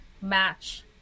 match